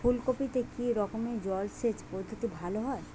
ফুলকপিতে কি রকমের জলসেচ পদ্ধতি ভালো হয়?